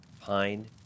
Pine